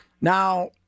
Now